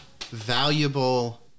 valuable